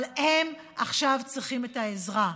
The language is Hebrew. אבל הם עכשיו צריכים את העזרה: